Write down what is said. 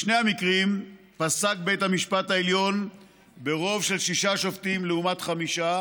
בשני המקרים פסק בית המשפט העליון ברוב של שישה שופטים לעומת חמישה